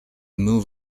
move